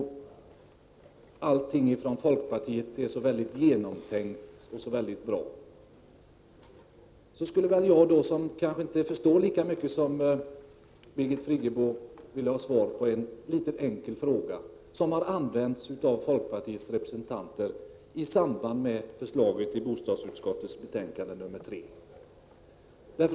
Om allt från folkpartiet är så genomtänkt och så bra, skulle jag, som kanske inte förstår lika mycket som Birgit Friggebo, vilja ha svar på en enkel fråga om uttalanden som har gjorts av folkpartiets representanter i samband med förslaget i bostadsutskottets betänkande 3.